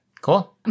Cool